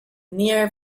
near